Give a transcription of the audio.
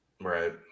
Right